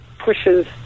pushes